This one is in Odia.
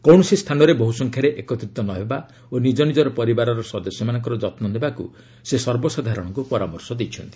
କୌଣସି ସ୍ଥାନରେ ବହ୍ର ସଂଖ୍ୟାରେ ଏକତ୍ରିତ ନ ହେବା ଓ ନିଜ ନିଜର ପରିବାରର ସଦସ୍ୟମାନଙ୍କର ଯତ୍ନ ନେବାକୁ ସେ ସର୍ବସାଧାରଣଙ୍କୁ ପରାମର୍ଶ ଦେଇଛନ୍ତି